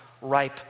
ripe